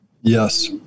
Yes